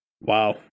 Wow